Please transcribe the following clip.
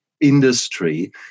industry